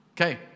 Okay